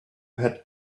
had